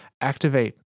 Activate